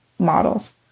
Models